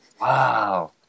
Wow